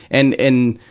and, and,